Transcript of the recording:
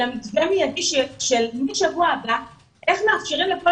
אלא מתווה מידי שמשבוע הבא מאפשרים לכל